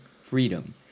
freedom